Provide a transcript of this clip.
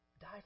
Die